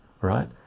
right